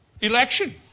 Election